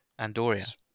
Andoria